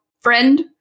friend